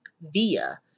via